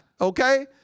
Okay